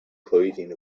clothing